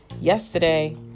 yesterday